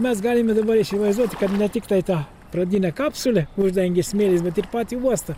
mes galime dabar įsivaizduoti kad ne tiktai tą pradinę kapsulę uždengė smėlis bet ir patį uostą